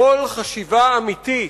בכל חשיבה אמיתית,